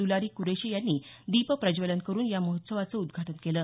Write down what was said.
दुलारी कुरैशी यांनी दीप प्रज्वलन करून या महोत्सवाचं उद्घाटन केलं